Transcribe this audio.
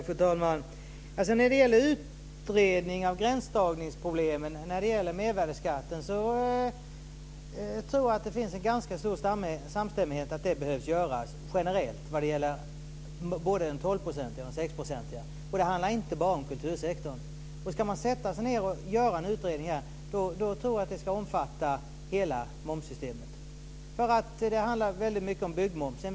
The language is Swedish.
Fru talman! När det gäller utredning av gränsdragningsproblemen i fråga om mervärdesskatten tror jag att det finns en ganska stor samstämmighet om att det behöver göras generellt både vad gäller den tolvprocentiga och den sexprocentiga mervärdesskatten. Det handlar inte bara om kultursektorn. Ska man sätta sig ned och göra en utredning här tror jag att den ska omfatta hela momssystemet. Det handlar väldigt mycket om byggmomsen.